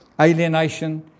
alienation